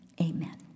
amen